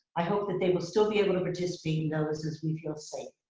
i hope that they will still be able to participate in those as we feel safe.